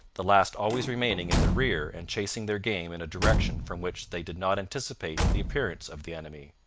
the last always remaining in the rear and chasing their game in a direction from which they did not anticipate the appearance of the enemy.